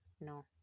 no